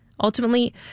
Ultimately